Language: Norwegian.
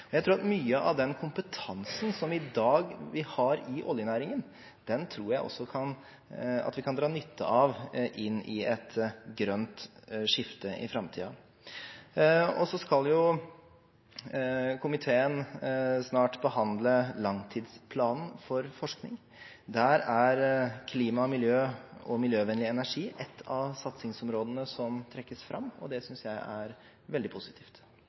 forskningen. Jeg tror at mye av den kompetansen vi i dag har i oljenæringen, kan vi også dra nytte av inn i et grønt skifte i framtiden. Så skal komiteen snart behandle langtidsplanen for forskning. Der er klima og miljø og miljøvennlig energi et av satsingsområdene som trekkes fram. Det synes jeg er veldig positivt.